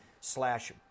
slash